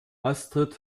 astrid